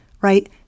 right